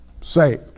saved